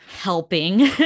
helping